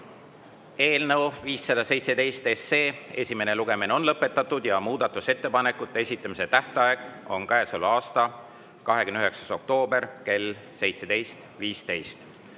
Eelnõu 517 esimene lugemine on lõpetatud ja muudatusettepanekute esitamise tähtaeg on käesoleva aasta 29. oktoober kell 17.15.